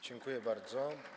Dziękuję bardzo.